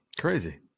Crazy